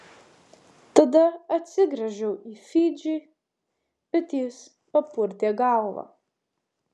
tada atsigręžiau į fidžį bet jis papurtė galvą